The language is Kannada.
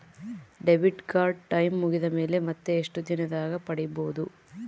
ಡೆಬಿಟ್ ಕಾರ್ಡ್ ಟೈಂ ಮುಗಿದ ಮೇಲೆ ಮತ್ತೆ ಎಷ್ಟು ದಿನದಾಗ ಪಡೇಬೋದು?